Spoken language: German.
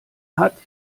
hat